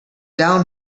down